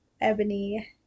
Ebony